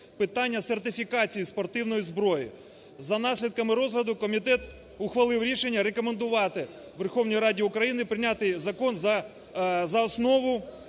питання сертифікації спортивної зброї. За наслідками розгляду комітет ухвалив рішення рекомендувати Верховній Раді України прийняти закон за основу.